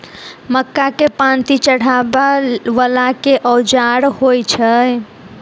मक्का केँ पांति चढ़ाबा वला केँ औजार होइ छैय?